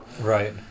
Right